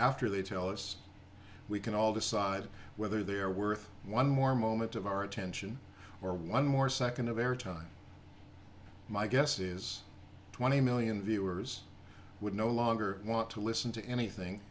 after they tell us we can all decide whether they're worth one more moment of our attention or one more second of air time my guess is twenty million viewers would no longer want to listen to anything